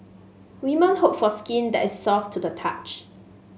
women hope for skin that is soft to the touch